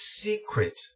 secret